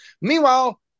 Meanwhile